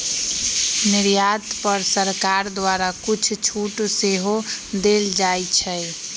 निर्यात पर सरकार द्वारा कुछ छूट सेहो देल जाइ छै